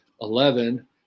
Eleven